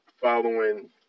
following